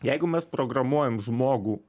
jeigu mes programuojam žmogų